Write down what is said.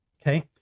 okay